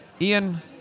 Ian